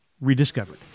rediscovered